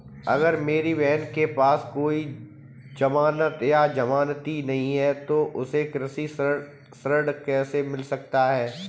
अगर मेरी बहन के पास कोई जमानत या जमानती नहीं है तो उसे कृषि ऋण कैसे मिल सकता है?